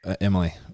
Emily